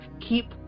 Keep